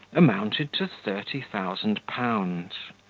amounted to thirty thousand pounds.